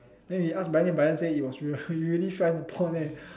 then he ask Brian then Brian say it was real he really fell in the pond eh